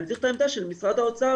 אני צריך את העמדה של משרד האוצר,